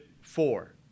four